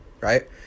right